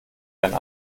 einen